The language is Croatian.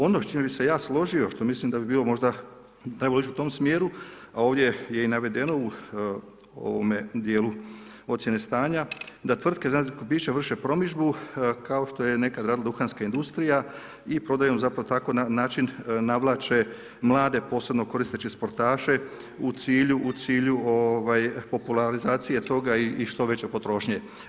Ono s čim bih se ja složio, što mislim da bi bilo možda najbolje ići u tom smjeru, a ovdje je i navedeno u ovome djelu ocjene stanja: da tvrtke energetskih pića vrše promidžbu, kao što je nekad radila duhanska industrija i prodajom zapravo na taj način navlače mlade, posebno koristeći sportaše, u cilju popularizacije toga i što veće potrošnje.